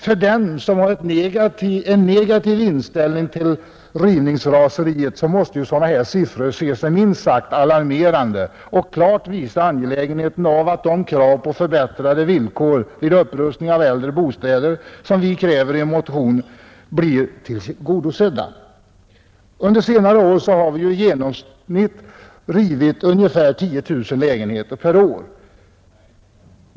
För dem som har en negativ inställning till rivningsraseriet måste dessa siffror te sig minst sagt alarmerande och understryker de krav på förbättrade villkor för upprustning av äldre bostäder, som vi ställer i vår motion. Under senare år har man genomsnittligt rivit drygt 10 000 lägenheter per år.